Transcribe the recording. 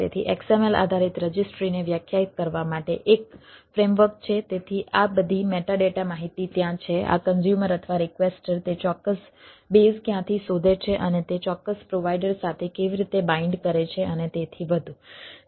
તેથી XML આધારિત રજિસ્ટ્રીને વ્યાખ્યાયિત કરવા માટે એક ફ્રેમ વર્ક માહિતી ત્યાં છે આ કન્ઝ્યુમર અથવા રિક્વેસ્ટર તે ચોક્કસ બેઝ ક્યાંથી શોધે છે અને તે ચોક્કસ પ્રોવાઈડર સાથે કેવી રીતે બાઈન્ડ કરે છે અને તેથી વધુ